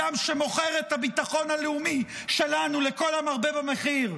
האדם שמוכר את הביטחון הלאומי שלנו לכל המרבה במחיר,